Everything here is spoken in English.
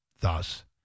Thus